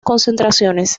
concentraciones